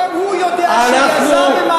גם הוא יודע שיזם ומעסיק זה לא אותו דבר.